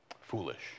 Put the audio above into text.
Foolish